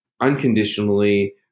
unconditionally